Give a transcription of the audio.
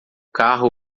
carro